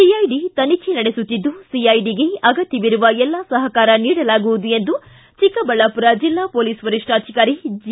CID ತನಿಖೆ ನಡೆಸುತ್ತಿದ್ದು ಸಿಐಡಿಗೆ ಅಗತ್ಯವಿರುವ ಎಲ್ಲಾ ಸಹಕಾರ ನೀಡಲಾಗುವುದು ಎಂದು ಚಿಕ್ಕಬಳ್ಳಾಪುರ ಜಿಲ್ಲಾ ಪೊಲೀಸ್ ವರಿಷ್ಠಾಧಿಕಾರಿ ಜಿ